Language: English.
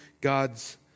God's